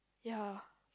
ya